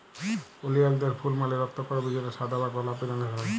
ওলিয়ালদের ফুল মালে রক্তকরবী যেটা সাদা বা গোলাপি রঙের হ্যয়